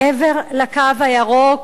מעבר ל"קו הירוק"